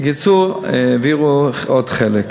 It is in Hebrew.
בקיצור, העבירו עוד חלק.